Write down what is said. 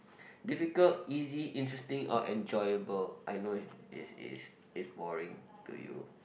difficult easy interesting or enjoyable I know is is is is boring to you